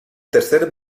tercer